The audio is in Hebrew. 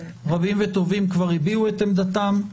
רבים וטובים הביעו את עמדתם.